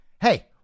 hey